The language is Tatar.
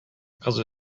кыз